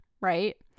right